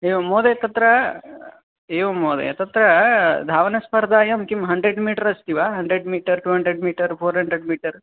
एवं महोदय तत्र एवं महोदय तत्र धावनस्पर्धायां किं हण्ड्रेड् मीटर् अस्ति वा hundred metre to hundred metre four hundred metre